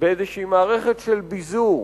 באיזושהי מערכת של ביזור,